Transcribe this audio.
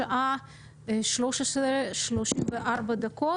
השעה 13:34 דקות,